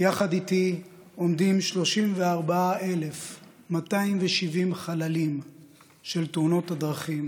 יחד איתי עומדים 34,270 חללים של תאונות הדרכים